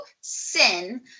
sin